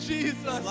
Jesus